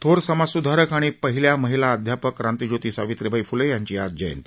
थोर समाजस्धारक आणि पहिल्या महिला अध्यापक क्रांतीज्योती सावित्रीबाई फ्ले यांची आज जयंती